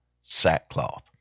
sackcloth